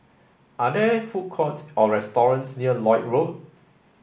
are there food courts or restaurants near Lloyd Road